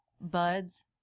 buds